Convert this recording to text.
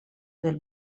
del